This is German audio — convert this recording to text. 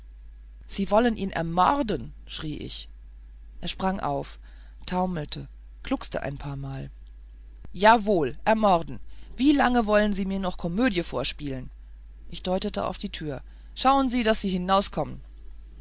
sie wollen ihn ermorden schrie ich er sprang auf taumelte gluckste ein paarmal jawohl ermorden wie lange wollen sie mir noch komödie vorspielen ich deutete auf die tür schauen sie daß sie hinauskommen